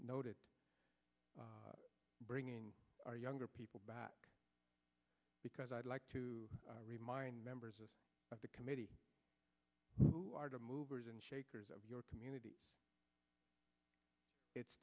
noted bringing our younger people back because i'd like to remind members of the committee who are the movers and shakers of your community it's